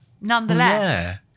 nonetheless